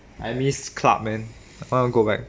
I miss club man I wanna go back